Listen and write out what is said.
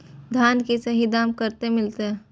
धान की सही दाम कते मिलते?